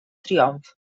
triomf